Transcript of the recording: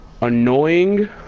annoying